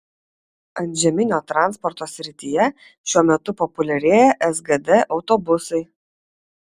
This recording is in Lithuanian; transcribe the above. antžeminio transporto srityje šiuo metu populiarėja sgd autobusai